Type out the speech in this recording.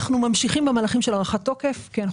אנחנו ממשיכים במהלכים של הארכת תוקף כי אנחנו